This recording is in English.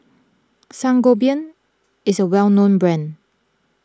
Sangobion is a well known brand